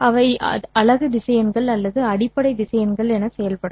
அவை அலகு திசையன்கள் அல்லது அடிப்படை திசையன்கள் என செயல்படும்